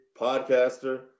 podcaster